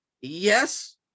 yes